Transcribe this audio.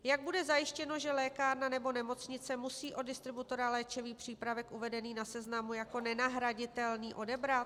Jak bude zajištěno, že lékárna nebo nemocnice musí od distributora léčivý přípraven uvedený na seznamu jako nenahraditelný odebrat?